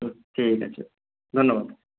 হুম ঠিক আছে ধন্যবাদ